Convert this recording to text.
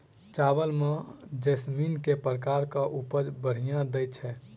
चावल म जैसमिन केँ प्रकार कऽ उपज बढ़िया दैय छै?